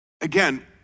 Again